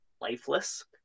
lifeless